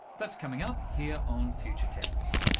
that's coming up, here on future tense.